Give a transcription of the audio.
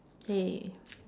K